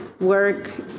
work